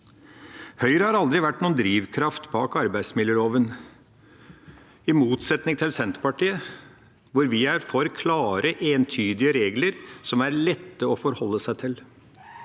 Høyre har aldri vært noen drivkraft for arbeidsmiljøloven – i motsetning til Senterpartiet, hvor vi er for klare, entydige regler som er lette å forholde seg til.